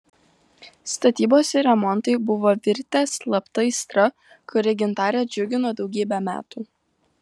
statybos ir remontai buvo virtę slapta aistra kuri gintarę džiugino daugybę metų